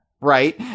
Right